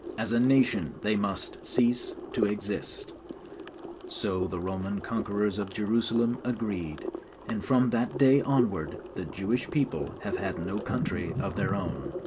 as a nation they must cease to exist so the roman conquerors of jerusalem agreed and from that day onward the jewish people have had no country of their own.